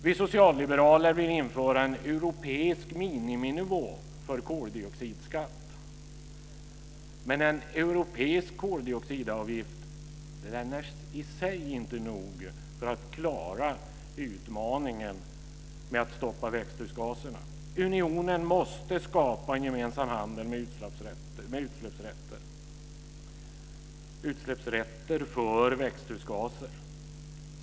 Vi socialliberaler vill införa en europeisk miniminivå för koldioxidskatt. Men en europeisk koldioxidavgift är i sig inte nog för att klara utmaningen med att stoppa växthusgaserna. Unionen måste skapa en gemensam handel med utsläppsrätter för växthusgaser.